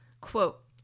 Quote